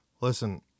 Listen